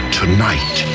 tonight